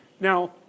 Now